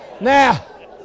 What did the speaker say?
Now